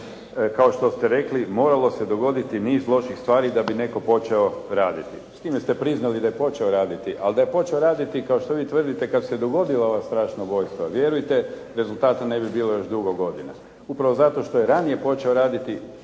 kao što ste rekli moralo se dogoditi niz loših stvari da bi netko počeo raditi. S time ste priznali da je počeo raditi, ali da je počeo raditi kao što vi tvrdite kad su se dogodila ova strašna ubojstva, vjerujte rezultata ne bi bilo još dugo godina. Upravo zato što je ranije počeo raditi